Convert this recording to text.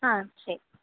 ஆ சரி